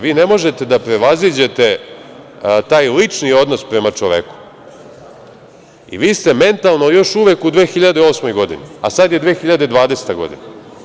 Vi ne možete da prevaziđete taj lični odnos prema čoveku i vi ste mentalno još uvek u 2008. godini, a sad je 2020. godina.